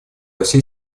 всей